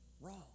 wrong